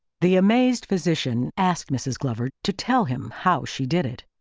the amazed physician asked mrs. glover to tell him how she did it.